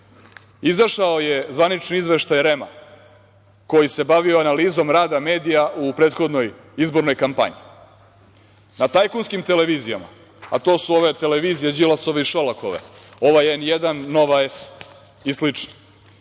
dopada. Izašao je zvaničan izveštaj REM koji se bavio analizom rada medija u prethodnoj izbornoj kampanji. Na tajkunskim televizijama, a to su ove televizije Đilasove i Šolakove, ova N1, Nova S i